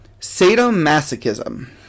Sadomasochism